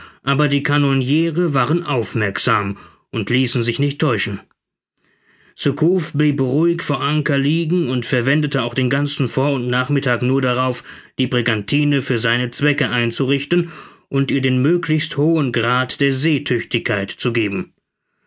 aber die kanoniere waren aufmerksam und ließen sich nicht täuschen surcouf blieb ruhig vor anker liegen und verwendete auch den ganzen vor und nachmittag nur darauf die brigantine für seine zwecke einzurichten und ihr den möglichst hohen grad der seetüchtigkeit zu geben